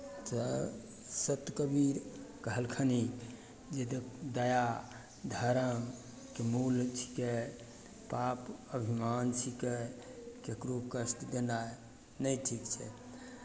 यहाँ सन्त कबीर कहलखिन एहि द् दया धर्मके मूल छियै पाप अभिमान छिकै ककरो कष्ट देनाइ नहि ठीक छै